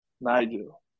Nigel